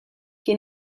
che